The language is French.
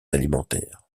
alimentaires